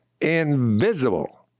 Invisible